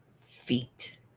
feet